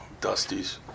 Dusty's